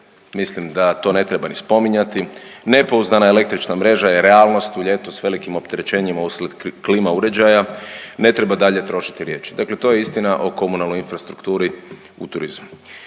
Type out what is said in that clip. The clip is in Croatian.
mislim da to ne treba ni spominjati, nepouzdana električna mreža je realnost u ljetu s velikim opterećenjima uslijed klima uređaja, ne treba dalje trošiti riječi. Dakle, to je istina o komunalnoj infrastrukturi u turizmu.